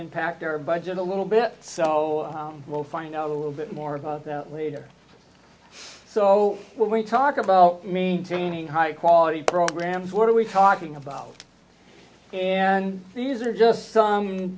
impact their budget a little bit so we'll find out a little bit more about that later so when we talk about me tuning high quality programs what are we talking about and these are just some